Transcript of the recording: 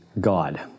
God